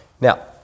Now